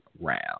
round